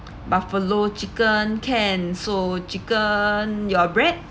buffalo chicken can so chicken your bread